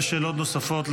שאלות נוספות,